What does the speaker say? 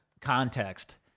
context